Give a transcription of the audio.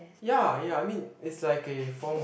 ya ya I mean it's like a form of